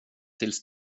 tills